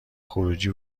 خروجی